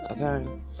okay